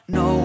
no